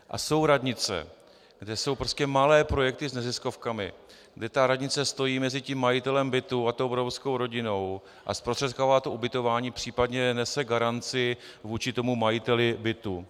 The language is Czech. A jsou radnice, kde jsou prostě malé projekty s neziskovkami, kde ta radnice stojí mezi majitelem bytu a tou romskou rodinou a zprostředkovává ubytování, případně nese garanci vůči majiteli bytu.